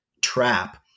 trap